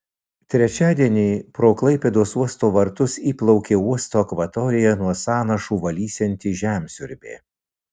trečiadienį pro klaipėdos uosto vartus įplaukė uosto akvatoriją nuo sąnašų valysianti žemsiurbė